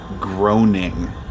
groaning